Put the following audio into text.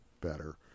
better